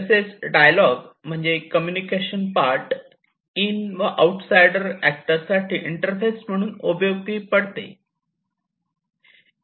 तसेच डायलॉग म्हणजेच communication part in व आऊट साईडर ऍक्टर साठी इंटरफेस म्हणून उपयोगी पडते